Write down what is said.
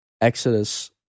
Exodus